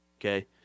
okay